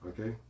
Okay